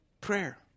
Prayer